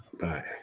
Bye